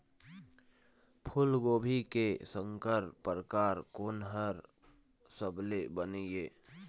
फूलगोभी के संकर परकार कोन हर सबले बने ये?